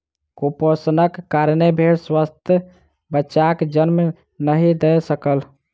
कुपोषणक कारणेँ भेड़ स्वस्थ बच्चाक जन्म नहीं दय सकल